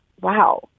wow